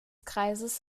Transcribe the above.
kreises